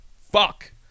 fuck